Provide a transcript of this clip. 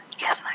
yes